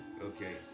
Okay